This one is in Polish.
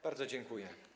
Bardzo dziękuję.